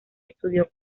estudió